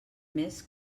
més